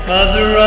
Mother